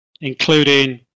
including